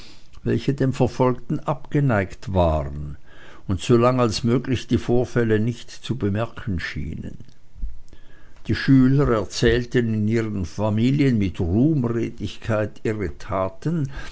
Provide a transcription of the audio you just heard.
welche dem verfolgten abgeneigt waren und so lang als möglich die vorfälle nicht zu bemerken schienen die schüler erzählten in ihren familien mit ruhmredigkeit ihre taten